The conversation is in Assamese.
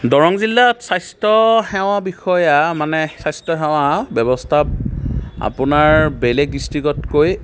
দৰং জিলাত স্বাস্থ্যসেৱা বিষয়া মানে স্বাস্থ্যসেৱা ব্যৱস্থা আপোনাৰ বেলেগ দিচট্ৰিকতকৈ